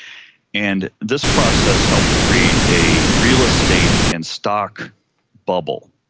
and this process helped create a real estate and stock bubble,